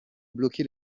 bloquer